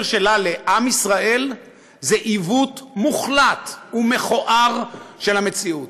שלה לעם ישראל זה עיוות מוחלט ומכוער של המציאות.